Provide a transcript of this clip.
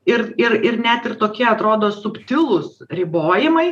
ir ir ir net ir tokie atrodo subtilūs ribojimai